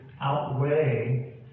outweigh